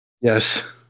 Yes